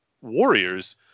warriors